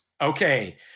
Okay